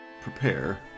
Prepare